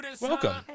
Welcome